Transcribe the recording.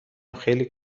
خیلی